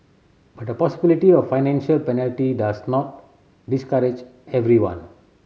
but the possibility of financial penalty does not discourage everyone